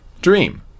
Dream